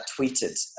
tweeted